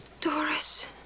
Doris